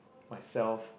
myself